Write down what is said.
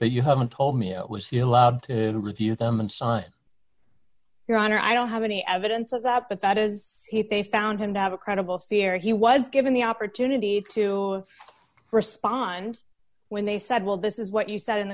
you haven't told me it was he allowed to review them and sign your honor i don't have any evidence of that but that is he they found him to have a credible fear he was given the opportunity to respond when they said well this is what you said in